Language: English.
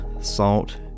Salt